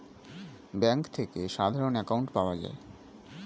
bank থেকে সাধারণ account পাওয়া যায়